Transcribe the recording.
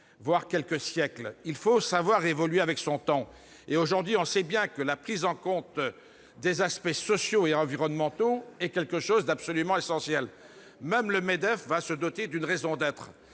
voire quelques siècles. Il faut savoir évoluer avec son temps. Aujourd'hui, nous le savons, la prise en compte des aspects sociaux et environnementaux est absolument essentielle. Même le MEDEF va se doter d'une raison d'être.